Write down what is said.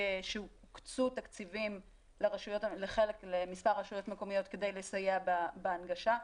הוקצו תקציבים למספר רשויות מקומיות כדי לסייע בהנגשה.